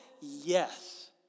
Yes